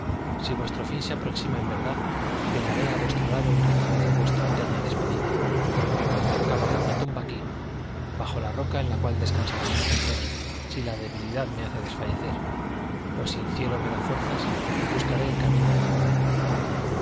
si vuestro fin se aproxima en verdad velaré a vuestro lado y recibiré vuestra eterna despedida cavaré una tumba aquí bajo la roca en la cual descansaremos juntos si la debilidad me hace desfallecer o si el cielo me da fuerzas buscaré el camino de mi hogar